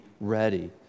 ready